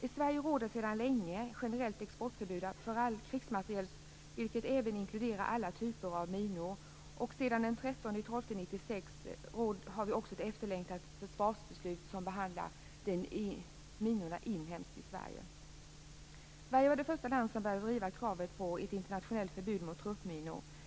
I Sverige råder sedan länge generellt exportförbud för all krigsmateriel, vilken inkluderar alla typer av minor. Sedan den 13 december 1996 har vi också ett efterlängtat försvarsbeslut som behandlar minorna inhemskt i Sverige. Sverige var det första land som började driva kravet på ett internationellt förbud mot truppminor.